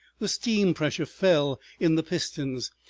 the steam pressure fell in the pistons,